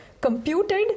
computed